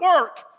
work